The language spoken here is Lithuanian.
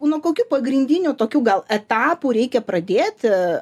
nuo kokių pagrindinių tokių gal etapų reikia pradėti